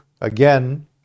again